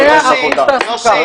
100% תעסוקה.